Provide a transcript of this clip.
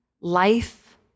life